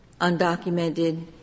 undocumented